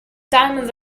diamonds